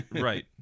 right